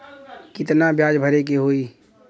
कितना ब्याज भरे के होई?